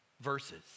verses